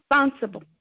responsible